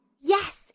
Yes